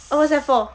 oh what's that for